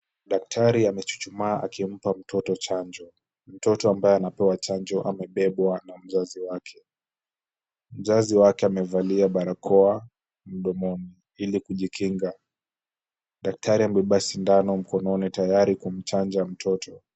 Daktari amechuchumaa akimpa mtoto chanjo. Mtoto ambaye anapewa chanjo amebebwa na mzazi wake. Mzazi wake amevalia barakoa mdomoni ili kujikinga. Daktari amebeba sindano mkononi tayari kumchanja mtoto.